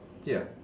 ya